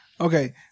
Okay